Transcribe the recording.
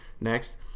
Next